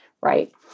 right